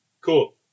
Cool